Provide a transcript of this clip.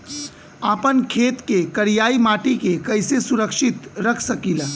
आपन खेत के करियाई माटी के कइसे सुरक्षित रख सकी ला?